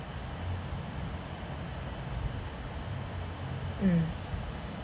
mm